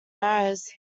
arrows